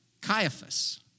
Caiaphas